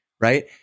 right